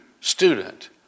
student